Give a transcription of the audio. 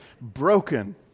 Broken